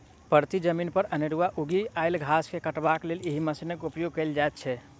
परती जमीन पर अनेरूआ उगि आयल घास के काटबाक लेल एहि मशीनक उपयोग कयल जाइत छै